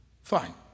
fine